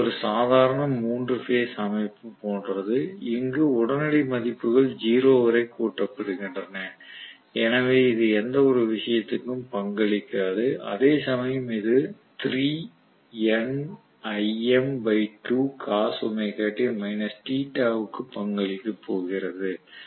இது ஒரு சாதாரண 3 பேஸ் அமைப்பு போன்றது அங்கு உடனடி மதிப்புகள் 0 வரை கூட்டப்படுகின்றன எனவே இது எந்தவொரு விஷயத்திற்கும் பங்களிக்காது அதேசமயம் இது க்கு பங்களிக்கப் போகிறது